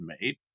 made